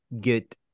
get